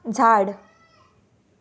झाड